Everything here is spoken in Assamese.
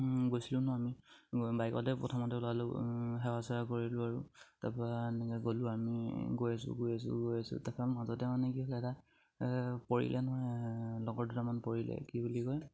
গৈছিলোঁ ন আমি বাইকতে প্ৰথমতে ওলালোঁ সেৱা চেৱা কৰিলোঁ আৰু তাৰপা এনেকে গ'লোঁ আমি গৈ আছোঁ গৈ আছোঁ গৈ আছোঁ তাৰপা মাজতে মানে কি হ'লে এটা পৰিলে নহয় লগৰ দুটামান পৰিলে কি বুলি কয়